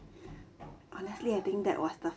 honestly I think that was the